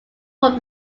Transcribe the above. from